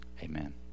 Amen